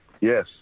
Yes